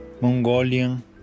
Mongolian